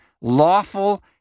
lawful